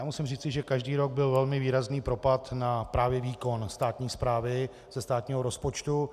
Musím říci, že každý rok byl velmi výrazný propad na právě výkon státní správy ze státního rozpočtu.